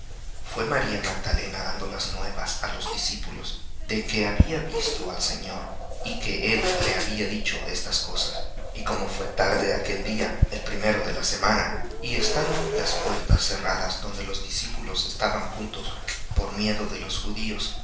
fué maría magdalena dando las nuevas á los discípulos de que había visto al señor y que le había dicho estas cosas y como fué tarde aquel día el primero de la semana y estando las puertas cerradas donde los discípulos estaban juntos por miedo de los judíos